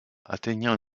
atteignant